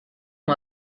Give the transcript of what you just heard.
ont